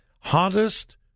hottest